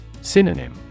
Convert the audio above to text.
Synonym